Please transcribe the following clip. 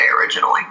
originally